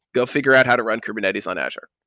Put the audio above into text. go figure out how to run kubernetes on azure.